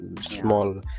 small